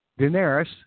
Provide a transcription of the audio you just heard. Daenerys